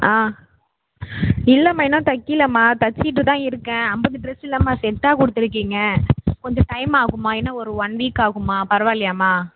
ஆ இல்லைம்மா இன்னும் தக்கலமா தச்சுட்டு தான் இருக்கேன் ஐம்பது ட்ரெஸுலம்மா செட்டாக கொடுத்துருக்கீங்க கொஞ்சம் டைம் ஆகும்மா இன்னும் ஒரு ஒன் வீக் ஆகுமா பரவால்லையாம்மா